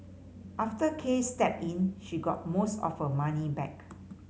after Case stepped in she got most of her money back